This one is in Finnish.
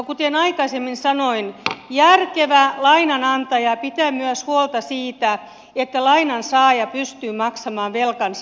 kuten aikaisemmin sanoin järkevä lainanantaja pitää huolta myös siitä että lainansaaja pystyy maksamaan velkansa